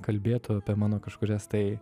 kalbėtų apie mano kažkurias tai